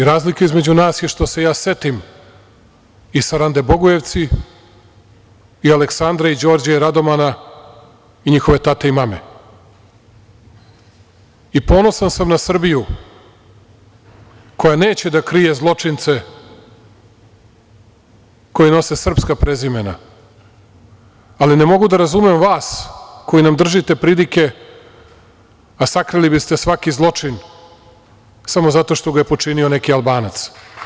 Razlika između nas je, što se ja setim i Sarande Bogojevci, i Aleksandra, Đorđa i Radomana i njihove tate i mame, i ponosan sam na Srbiju, koja neće da krije zločince koji nose srpska imena, ali ne mogu da razumem vas koji nam držite pridike, a sakrili bi ste svaki zločin, samo zato što ga je počinio neki Albanac.